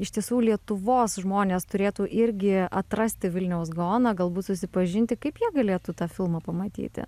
iš tiesų lietuvos žmonės turėtų irgi atrasti vilniaus gaoną galbūt susipažinti kaip jie galėtų tą filmą pamatyti